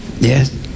Yes